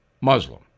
Muslim